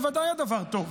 בוודאי הדבר טוב.